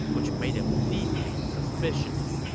which made him deeply suspicious.